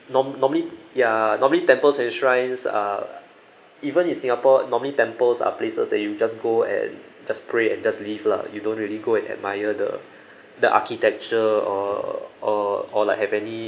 norm~ normally ya normally temples and shrines are even in singapore normally temples are places that you just go and just pray and just leave lah you don't really go and admire the the architecture or or or like have any